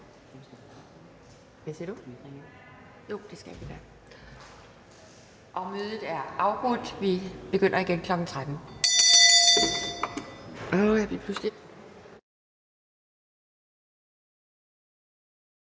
Mødet er afbrudt. Vi begynder igen kl. 13.00.